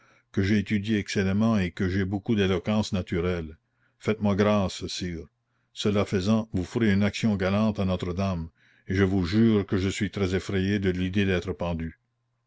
que j'ai étudié excellemment et que j'ai beaucoup d'éloquence naturelle faites-moi grâce sire cela faisant vous ferez une action galante à notre-dame et je vous jure que je suis très effrayé de l'idée d'être pendu